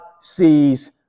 sees